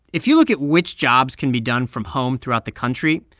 if you look at which jobs can be done from home throughout the country,